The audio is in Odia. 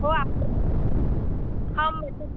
ହଉ ଆସ ହଁ ମେସେଜ୍